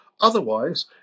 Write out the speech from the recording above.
Otherwise